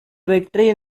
victory